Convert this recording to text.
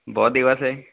બહુ દિવસે